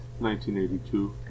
1982